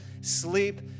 sleep